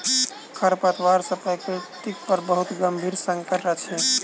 खरपात सॅ प्रकृति पर बहुत गंभीर संकट अछि